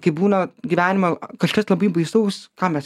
kai būna gyvenime kažkas labai baisaus ką mes